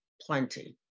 plenty